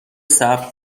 صبر